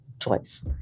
choice